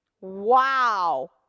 Wow